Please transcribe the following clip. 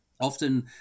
often